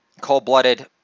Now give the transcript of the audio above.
cold-blooded